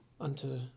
unto